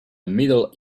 middle